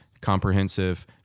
comprehensive